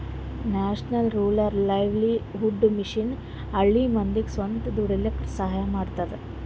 national rural livelihood mission ಹಳ್ಳಿ ಮಂದಿಗ್ ಸ್ವಂತ ದುಡೀಲಕ್ಕ ಸಹಾಯ ಮಾಡ್ತದ